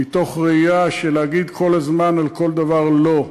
מתוך ראייה שלהגיד כל הזמן על כל דבר "לא",